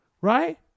right